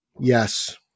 yes